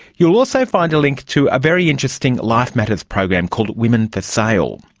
you'll also find a link to a very interesting life matters program called women for sale.